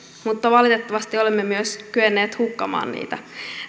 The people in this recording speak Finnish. mutta valitettavasti olemme myös kyenneet hukkaamaan niitä